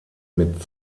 mit